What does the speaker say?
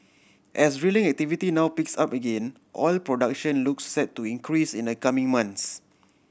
as drilling activity now picks up again oil production looks set to increase in the coming months